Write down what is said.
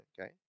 okay